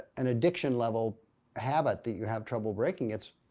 an addiction level habit that you have trouble breaking it.